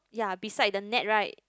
ya beside the net right